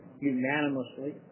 unanimously